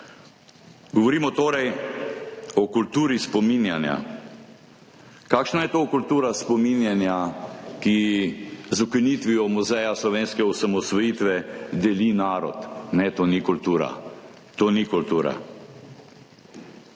Govorimo torej o kulturi spominjanja. Kakšna je to kultura spominjanja, ki z ukinitvijo Muzeja slovenske osamosvojitve deli narod? Ne, to ni kultura. To ni kultura.